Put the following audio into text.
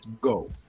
go